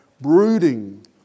Brooding